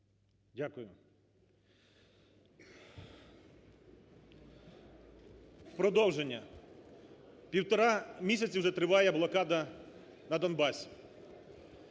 Дякую. В продовження. Півтора місяці вже триває блокада на Донбасі.